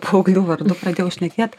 paauglių vardu pradėjau šnekėt